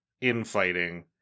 Infighting